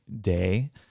day